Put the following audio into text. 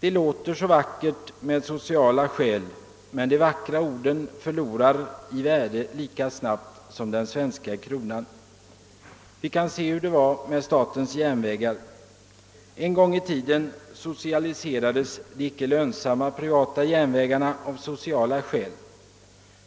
Det låter så vackert med sociala skäl, men de vackra orden förlorar i värde lika snabbt som den svenska kronan. Vi kan t.ex. se hur det var med statens järnvägar. En gång i tiden socialiserades de icke lönsamma Pprivata järnvägarna av sociala skäl.